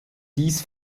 dies